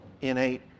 innate